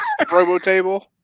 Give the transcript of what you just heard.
RoboTable